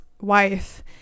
wife